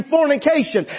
fornication